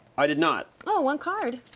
i did not. oh, one card,